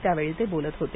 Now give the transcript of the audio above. त्यावेळी ते बोलत होते